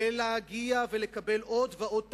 ולהגיע ולקבל עוד ועוד תקציבים,